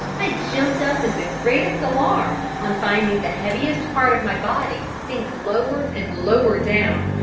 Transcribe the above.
i jumped up in the greatest alarm, on finding the heaviest part of my body sink lower and lower down,